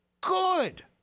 Good